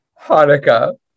Hanukkah